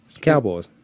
Cowboys